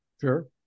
Sure